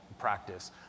practice